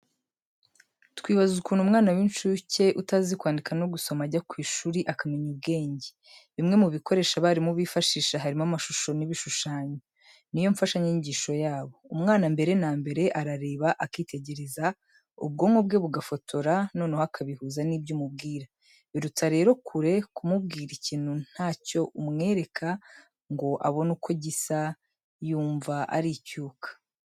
Twibaza ukuntu umwana w'incuke utazi kwandika no gusoma ajya ku ishuri akamenya ubwenge. Bimwe mu bikoresho abarimu bifashisha harimo amashusho n'ibishushanyo. Ni yo mfashanyigisho yabo. Umwana mbere na mbere arareba akitegereza, ubwonko bwe bugafotora, noneho akabihuza n'ibyo umubwira. Biruta rero kure kumubwira ikintu nta cyo umwereka ngo abone uko gisa, yumva ari icyuka.